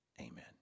Amen